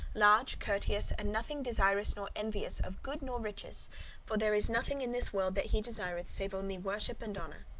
large, courteous and nothing desirous nor envious of good nor riches for there is nothing in this world that he desireth save only worship and honour.